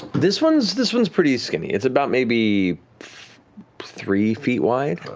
this one's this one's pretty skinny. it's about maybe three feet wide.